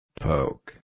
Poke